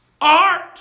art